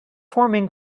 forming